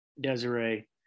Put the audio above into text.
Desiree